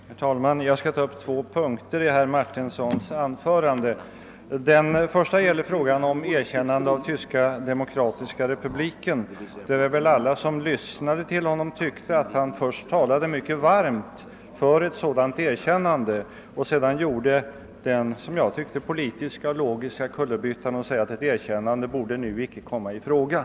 Herr talman! Jag skall ta upp två punkter i herr Martinssons anförande. Den första gäller frågan om erkännande av Tyska demokratiska republiken. Alla som lyssnade till honom tyckte väl att han först talade mycket varmt för ett sådant erkännande men sedan gjorde den politiska och logiska kullerbyttan att säga att ett sådant erkännande nu icke borde komma i fråga.